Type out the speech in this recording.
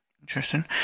Interesting